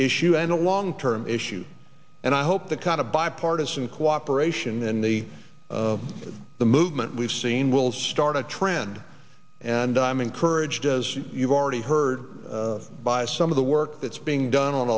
issue and a long term issue and i hope the kind of bipartisan cooperation and the the movement we've seen will start a trend and i'm encouraged as you've already heard by some of the work that's being done on